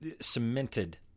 cemented